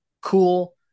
cool